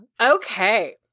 Okay